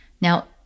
Now